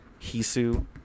Hisu